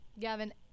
Gavin